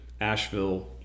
Asheville